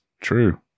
true